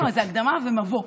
הקדמה ומבוא.